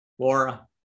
Laura